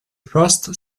first